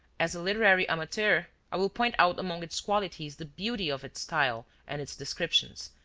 as a literary amateur i will point out among its qualities the beauty of its style and its descriptions,